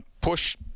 push